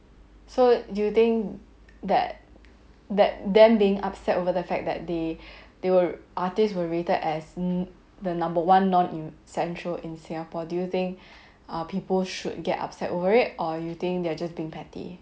so do you think that that them being upset over the fact that they they were artists were rated as the number one non essential in singapore do you think uh people should get upset over it or you think they're just being petty